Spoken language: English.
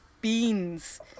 beans